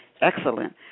excellent